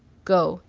go,